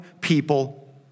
people